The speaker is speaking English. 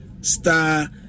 star